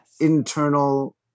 internal